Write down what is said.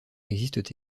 existent